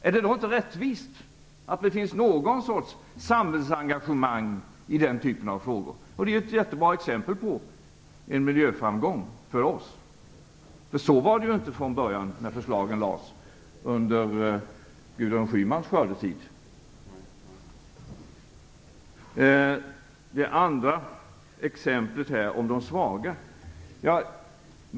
Är det då inte rättvist att det finns någon sorts samhällsengagemang i den typen av frågor? Det är ett jättebra exempel på en miljöframgång för oss. Så var det inte från början, under Gudrun Schymans skördetid, när förslagen lades fram. Det andra exemplet gällde de svaga.